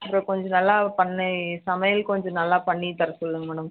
அப்புறம் கொஞ்சம் நல்லா பண்ணி சமையல் கொஞ்சம் நல்லா பண்ணி தர சொல்லுங்கள் மேடம்